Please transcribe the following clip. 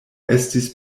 estis